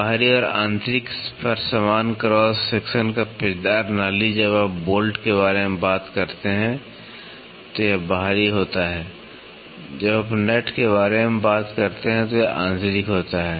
बाहरी और आंतरिक पर समान क्रॉस सेक्शन का पेचदार नाली जब आप बोल्ट के बारे में बात करते हैं तो यह बाहरी होता है जब आप नट के बारे में बात करते हैं तो यह आंतरिक होता है